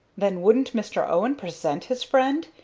then wouldn't mr. owen present his friend?